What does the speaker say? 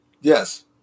yes